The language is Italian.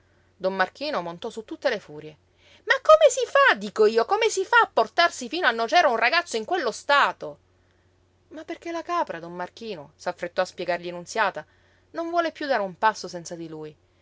don marchino montò su tutte le furie ma come si fa dico io come si fa a portarsi fino a nocera un ragazzo in quello stato ma perché la capra don marchino s'affrettò a spiegargli nunziata non vuole piú dare un passo senza di lui